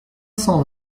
cent